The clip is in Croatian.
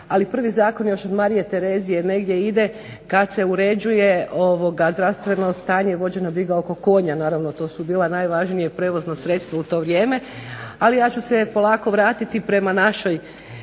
ali prvi zakon još od Marije Terezije negdje ide kada se uređuje zdravstveno stanje, vođenje brige oko konja, naravno to su bila najvažnija prijevozno sredstvo u to vrijeme. Ali ja ću se polako vratiti prema našoj